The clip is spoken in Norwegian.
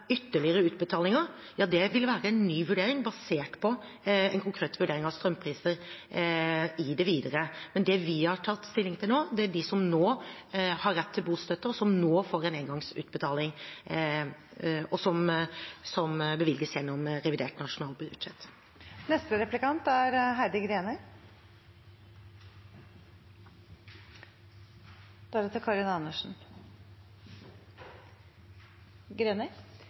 ytterligere utbetalinger – ja, det vil være en ny vurdering, basert på en konkret vurdering av strømpriser i det videre. Men det vi har tatt stilling til nå, er de som nå har rett til bostøtte, og som nå får en engangsutbetaling, som bevilges gjennom revidert nasjonalbudsjett.